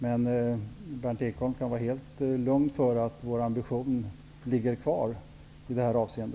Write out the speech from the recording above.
Men Berndt Ekholm kan vara helt lugn, vår ambition ligger kvar i detta avseende.